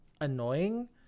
annoying